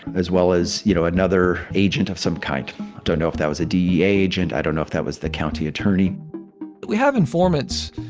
as well as, you know, another agent of some kind. i don't know if that was a dea agent. i don't know if that was the county attorney we have informants.